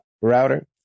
Router